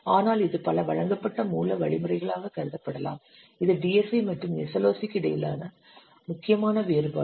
ஆனால் இது பல வழங்கப்பட்ட மூல வழிமுறைகளாகக் கருதப்படலாம் இது DSI மற்றும் SLOC க்கு இடையிலான முக்கியமான வேறுபாடு